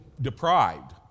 deprived